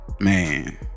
Man